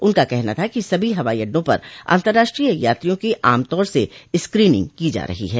उनका कहना था कि सभी हवाई अड्डों पर अंतर्राष्ट्रीय यात्रियों की आमतौर से स्क्रीनिंग की जा रही है